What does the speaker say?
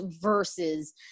versus